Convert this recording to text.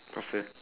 faster